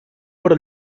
per